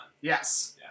Yes